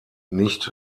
nicht